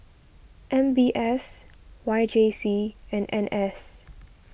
M B S Y J C and N S